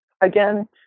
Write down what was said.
Again